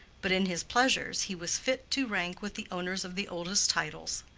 but in his pleasures he was fit to rank with the owners of the oldest titles.